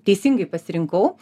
teisingai pasirinkau